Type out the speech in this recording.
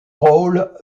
rôle